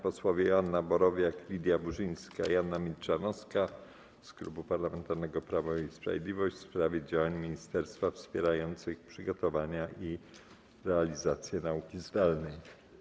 Posłowie Joanna Borowiak, Lidia Burzyńska i Anna Milczanowska z Klubu Parlamentarnego Prawo i Sprawiedliwość mają pytanie w sprawie działań ministerstwa wspierających przygotowanie i realizację nauki zdalnej.